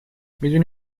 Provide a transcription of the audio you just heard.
میدونی